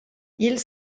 ils